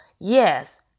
yes